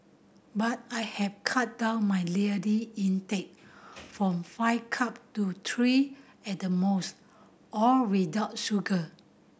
but I have cut down my intake from five cup to three at the most all without sugar